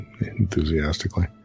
enthusiastically